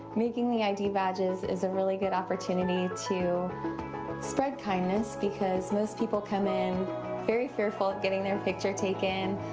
making the id badges is a really good opportunity to spread kindness because most people come in very fearful of getting their picture taken.